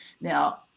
Now